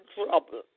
trouble